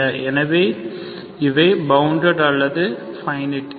எனவே இவை பவுண்டாட் அல்லது பைனிட்